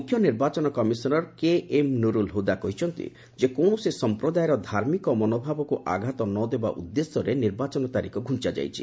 ମୁଖ୍ୟ ନିର୍ବାଚନ commissioner K M Nurul Huda କହିଛନ୍ତି ଯେ କୌଣସି ସଂପ୍ରଦାୟର ଧାର୍ମିକ ମନୋଭାବକୁ ଆଘାତ ନ ଦେବା ଉଦ୍ଦେଶ୍ୟରେ ନିର୍ବାଚନ ତାରିଖ ଘ୍ରଞ୍ଚା ଯାଇଛି